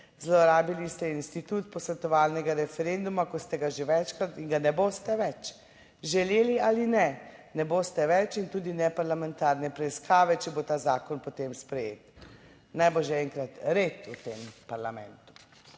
TRAK (VI) 12.10** (Nadaljevanje) referenduma, kot ste ga že večkrat in ga ne boste več. Želeli ali ne, ne boste več in tudi ne parlamentarne preiskave, če bo ta zakon potem sprejet. Naj bo že enkrat red v tem parlamentu!